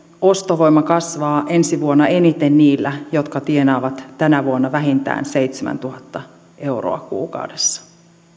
ostovoima kasvaa ensi vuonna eniten niillä jotka tienaavat tänä vuonna vähintään seitsemäntuhatta euroa kuukaudessa